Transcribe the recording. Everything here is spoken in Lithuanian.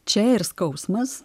čia ir skausmas